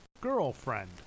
girlfriend